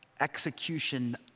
execution